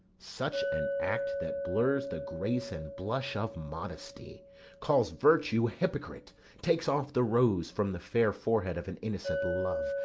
such an act that blurs the grace and blush of modesty calls virtue hypocrite takes off the rose from the fair forehead of an innocent love,